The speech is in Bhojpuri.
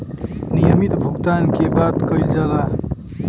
नियमित भुगतान के बात कइल जाला